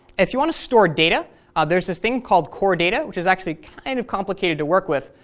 if you want to store data there's this thing called core data, which is actually kind of complicated to work with.